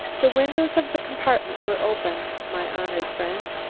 the windows of the compartment were open, my honoured friend,